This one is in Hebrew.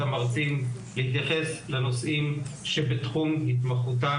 המרצים להתייחס לנושאים שבתחום התמחותם,